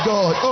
God